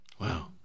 Wow